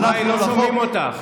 מאי, לא שומעים אותך.